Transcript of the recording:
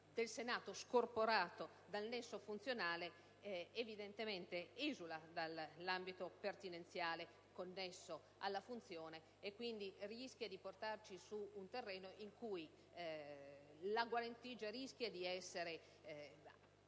del Senato, scorporandolo dal nesso funzionale, che evidentemente esula dall'ambito pertinenziale connesso alla funzione e quindi rischia di portarci su un terreno in cui la guarentigia verrebbe